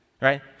right